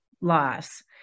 loss